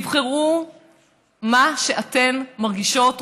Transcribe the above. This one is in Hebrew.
תבחרו מה שאתן מרגישות,